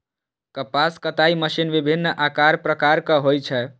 कपास कताइ मशीन विभिन्न आकार प्रकारक होइ छै